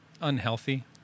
unhealthy